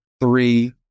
three